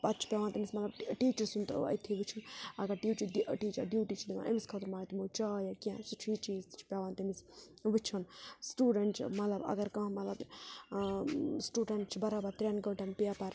پَتہٕ چھِ پٮ۪وان تٔمِس مطلب ٹیٖچرٕ سُنٛد تہٕ أتتھٕے وٕچھُن اگر ٹیٖچَر دِ ٹیٖچَر ڈیوٗٹی چھِ دِوان أمِس خٲطرٕ ما دِمو چاے یا کینٛہہ سُہ چھُ یہِ چیٖز تہِ چھِ پٮ۪وان تٔمِس وٕچھُن سٹوٗڈَنٛٹ چھُ مطلب اگر کانٛہہ مطلب سٹوٗڈَنٛٹ چھِ بَرابَر ترٛٮ۪ن گٲنٛٹَن پیپَر